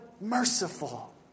merciful